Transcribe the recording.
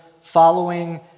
following